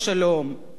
אם הוא היה מאוהב,